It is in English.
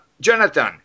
Jonathan